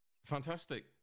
Fantastic